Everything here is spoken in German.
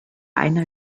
einer